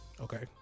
Okay